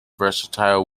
versatile